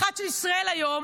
אחת של ישראל היום,